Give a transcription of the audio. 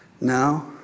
Now